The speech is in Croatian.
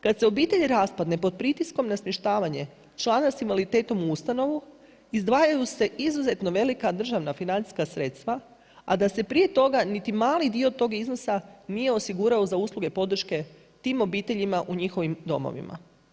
Kada se obitelj raspadne, pod pritiskom na smještavanja člana s invaliditetom u ustanovu, izdvajaju je se izuzetno velika državna financijska sredstva, a da se prije toga niti mali dio tog iznosa nije osigurao za usluge i podrške tim obiteljima u njihovim domovima.